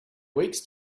weeks